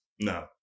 No